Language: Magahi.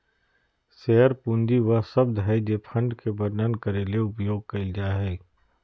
शेयर पूंजी वह शब्द हइ जे फंड के वर्णन करे ले उपयोग कइल जा हइ